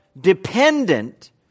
dependent